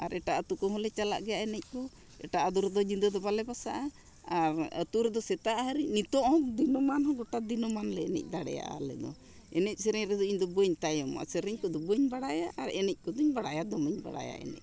ᱟᱨ ᱮᱴᱟᱜ ᱟᱛᱳ ᱠᱚᱦᱚᱸ ᱞᱮ ᱪᱟᱞᱟᱜ ᱜᱮᱭᱟ ᱮᱱᱮᱡ ᱠᱚ ᱮᱴᱟᱜ ᱟᱛᱳ ᱨᱮᱫᱚ ᱧᱤᱫᱟᱹ ᱫᱚ ᱵᱟᱞᱮ ᱵᱟᱥᱟᱜᱼᱟ ᱟᱨ ᱟᱛᱳ ᱨᱮᱫᱚ ᱥᱮᱛᱟᱜ ᱦᱟᱹᱨᱤ ᱱᱤᱛᱳᱜ ᱦᱚᱸ ᱫᱤᱱᱟᱹᱢᱟᱱ ᱦᱚᱸ ᱜᱚᱴᱟ ᱫᱤᱱᱚᱢᱟᱱ ᱞᱮ ᱮᱱᱮᱡ ᱫᱟᱲᱮᱭᱟᱜᱼᱟ ᱟᱞᱮ ᱫᱚ ᱮᱱᱮᱡ ᱥᱮᱨᱮᱧ ᱨᱮᱫᱚ ᱤᱧ ᱫᱚ ᱵᱟᱹᱧ ᱛᱟᱭᱚᱢᱚᱜᱼᱟ ᱥᱮᱨᱮᱧ ᱠᱚᱫᱚ ᱵᱟᱹᱧ ᱵᱟᱲᱟᱭᱟ ᱟᱨ ᱮᱱᱮᱡ ᱠᱚᱫᱚᱧ ᱵᱟᱲᱟᱭᱟ ᱫᱚᱢᱮᱧ ᱵᱟᱲᱟᱭᱟ ᱮᱱᱮᱡ